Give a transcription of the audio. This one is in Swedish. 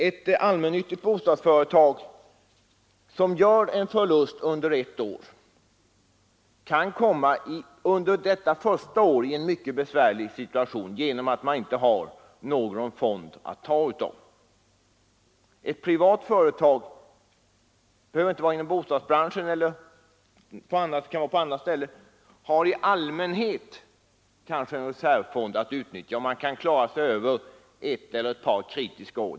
Ett allmännyttigt bostadsföretag som under ett år gör förluster kan under detta första år hamna i en mycket besvärlig situation därför att företaget inte har några fonder att ta av. Ett privat företag — det behöver inte nödvändigtvis vara inom bostadsbranschen — har i allmänhet reservfonder att ta av, och det gör att ett sådant företag kan klara sig över ett eller ett par kritiska år.